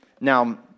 Now